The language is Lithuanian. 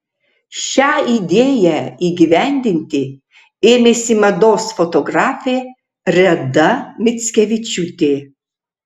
šią idėją įgyvendinti ėmėsi mados fotografė reda mickevičiūtė